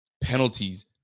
penalties